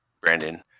Brandon